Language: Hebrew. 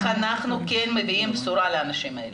אנחנו כן מביאים בשורה לאנשים האלה.